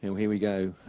here we go,